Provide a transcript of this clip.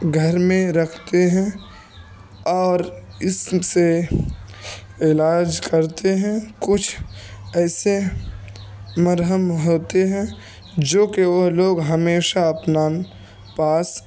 گھر میں رکھتے ہیں اور اس سے علاج کرتے ہیں کچھ ایسے مرہم ہوتے ہیں جو کہ وہ لوگ ہمیشہ اپنا پاس